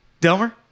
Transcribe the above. Delmer